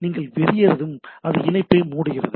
நீங்கள் வெளியேறியதும் அது இணைப்பை மூடுகிறது